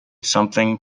something